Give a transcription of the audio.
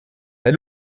der